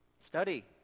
study